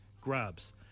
grabs